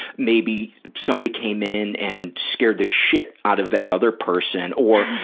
maybe somebody came in and scared the shit out of that other person or